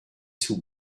sous